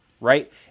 right